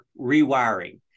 rewiring